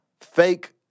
fake